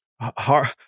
Hard